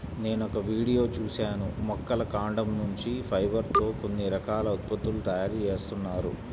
నేనొక వీడియో చూశాను మొక్కల కాండం నుంచి ఫైబర్ తో కొన్ని రకాల ఉత్పత్తుల తయారీ జేత్తన్నారు